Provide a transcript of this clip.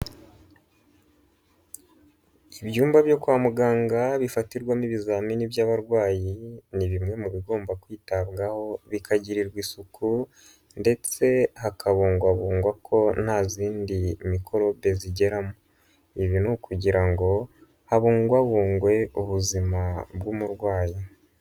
Ibyumba byo kwa muganga bifatirwamo ibizamini by'abarwayi ni bimwe mu bigomba kwitabwaho bikagirirwa isuku ndetse hakabungwabungwa ko nta zindi mikorobe zigeramo. Ibi ni ukugira ngo habungwabungwe ubuzima bw'umurwayi.